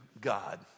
God